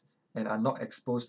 and are not exposed